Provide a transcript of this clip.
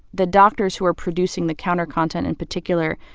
the doctors who are producing the counter-content in particular,